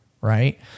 right